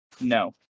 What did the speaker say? no